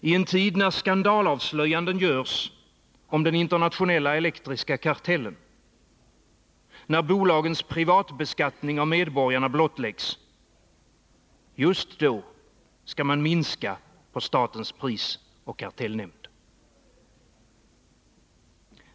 I en tid när skandalavslöjanden görs om den internationella elektriska kartellen, när bolagens privatbeskattning av medborgarna blottläggs — just då skall man minska på statens prisoch kartellnämnd.